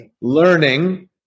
Learning